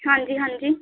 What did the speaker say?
ਹਾਂਜੀ ਹਾਂਜੀ